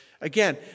Again